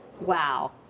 Wow